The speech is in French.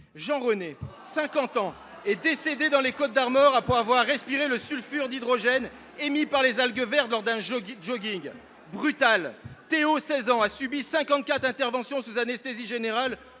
Jean René, 50 ans, est décédé dans les Côtes d’Armor après avoir respiré le sulfure d’hydrogène émis par les algues vertes lors d’un jogging : brutal ! Théo, 16 ans, a subi cinquante quatre interventions sous anesthésie générale